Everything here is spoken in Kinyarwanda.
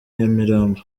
nyamirambo